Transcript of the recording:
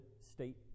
state